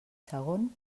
segon